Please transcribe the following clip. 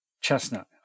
Chestnut